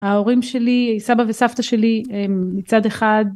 ההורים שלי סבא וסבתא שלי הם מצד אחד